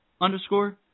underscore